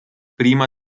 prima